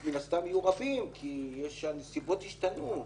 ומן הסתם יהיו רבים כי הנסיבות השתנו.